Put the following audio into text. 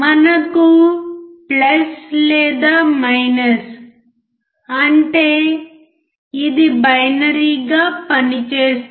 మనకు లేదా అంటే ఇది బైనరీగా పనిచేస్తుంది